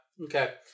Okay